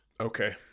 Okay